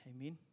amen